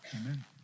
Amen